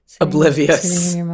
Oblivious